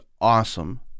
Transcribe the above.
awesome